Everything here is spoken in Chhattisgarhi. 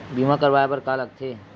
बीमा करवाय बर का का लगथे?